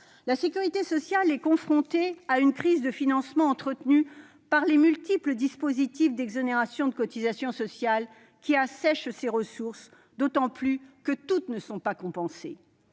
La sécurité sociale est confrontée à une crise de financement entretenue par les multiples exonérations de cotisations sociales qui viennent assécher ses ressources, d'autant que toutes ne sont pas compensées.